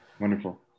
Wonderful